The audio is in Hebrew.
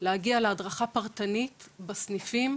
להגיע להדרכה פרטנית בסניפים,